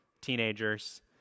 teenagers